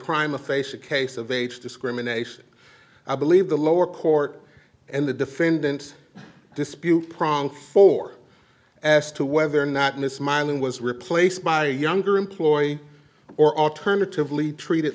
prime a face a case of age discrimination i believe the lower court and the defendant dispute pronk for as to whether or not miss mining was replaced by younger employee or alternatively treated